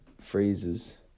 phrases